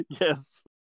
Yes